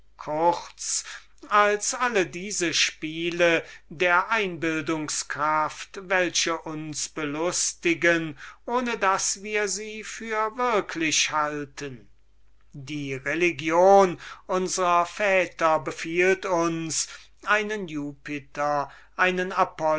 kurz als alle diese spiele der einbildungskraft welche uns belustigen ohne daß wir sie für würklich halten die religion unsrer väter befiehlt uns einen jupiter eine